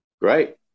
Great